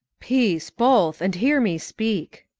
peace, both, and hear me speak.